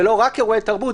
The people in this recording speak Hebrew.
זה לא רק אירועי תרבות,